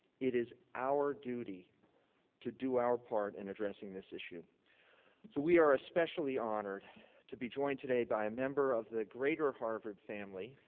it is our duty to do our part in addressing this issue. so we are especially honored to be joined today by a member of the greater harvard family,